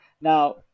Now